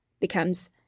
becomes